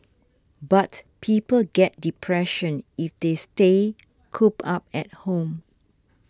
but people get depression if they stay cooped up at home